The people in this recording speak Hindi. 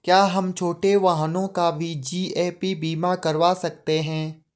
क्या हम छोटे वाहनों का भी जी.ए.पी बीमा करवा सकते हैं?